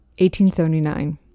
1879